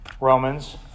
Romans